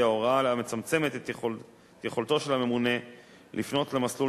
ההוראה המצמצמת את יכולתו של הממונה לפנות למסלול